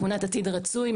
תמונת עתיד רצוי,